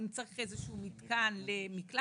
אם צריך איזה מתקן למקלחת,